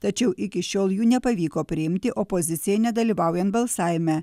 tačiau iki šiol jų nepavyko priimti opozicijai nedalyvaujant balsavime